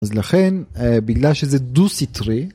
אז לכן, בגלל שזה דו-סיטרי...